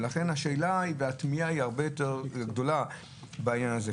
ולכן השאלה היא והתמיהה היא הרבה יותר גדולה בעניין הזה,